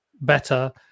better